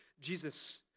Jesus